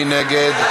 מי נגד?